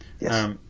Yes